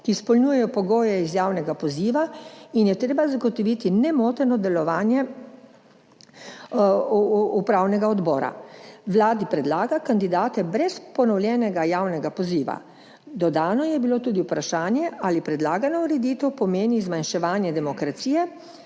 ki izpolnjujejo pogoje iz javnega poziva, in je treba zagotoviti nemoteno delovanje upravnega odbora, Vladi predlaga kandidate brez ponovljenega javnega poziva. Dodano je bilo tudi vprašanje, ali predlagana ureditev pomeni zmanjševanje demokracije,